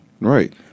Right